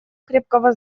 крепкого